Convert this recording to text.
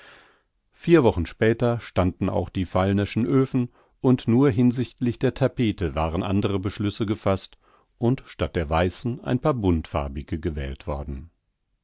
vier wochen später standen auch die feilner'schen öfen und nur hinsichtlich der tapete waren andere beschlüsse gefaßt und statt der weißen ein paar buntfarbige gewählt worden